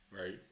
Right